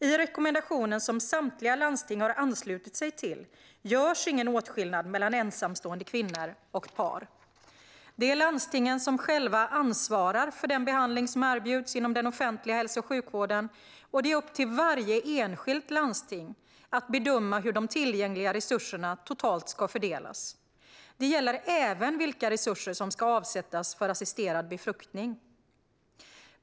I rekommendationen, som samtliga landsting har anslutit sig till, görs ingen åtskillnad mellan ensamstående kvinnor och par. Det är landstingen som själva ansvarar för den behandling som erbjuds inom den offentliga hälso och sjukvården. Det är upp till varje enskilt landsting att bedöma hur de tillgängliga resurserna totalt ska fördelas. Det gäller även vilka resurser som ska avsättas för assisterad befruktning.